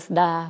da